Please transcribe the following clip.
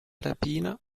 rapina